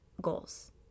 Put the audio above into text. goals